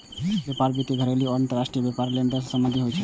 व्यापार वित्त घरेलू आ अंतरराष्ट्रीय व्यापार लेनदेन सं संबंधित होइ छै